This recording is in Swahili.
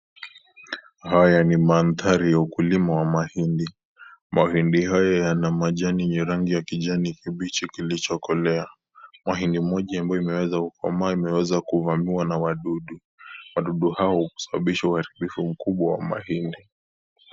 Haya ni maandhari ya ukulima wa mahindi. Mahindi haya yana majani yenye rangi ya kijani kibichi kilichokolea. Mahindi moja ambayo imeweza kukomaa imeweza kuvamiwa na wadudu. Wadudu hao husababisha uharibifu mkubwa wa mahindi.